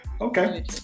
okay